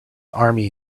army